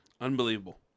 Unbelievable